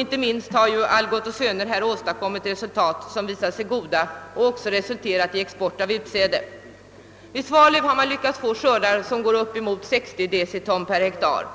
Inte minst har Algot Holmberg och Söner här åstadkommit resultat som visat sig häpnadsväckande goda och även resulterat i export av utsäde. Vid Svalöv har man lyckats få skördar på uppemot 60 deciton per hektar.